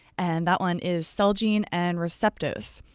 and that one is celgene and receptos.